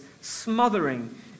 smothering